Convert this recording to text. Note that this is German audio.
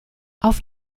auf